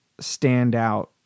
standout